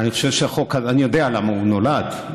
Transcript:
אני יודע למה הוא נולד,